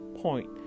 Point